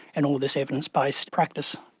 and all this evidence-based practice.